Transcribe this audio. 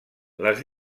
les